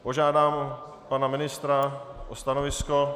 Požádám pana ministra o stanovisko.